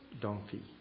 donkey